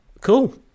Cool